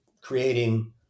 creating